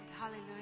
Hallelujah